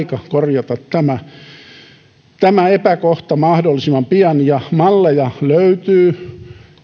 jo on aika korjata tämä epäkohta mahdollisimman pian malleja löytyy